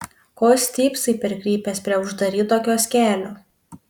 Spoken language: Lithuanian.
ko stypsai perkrypęs prie uždaryto kioskelio